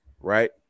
right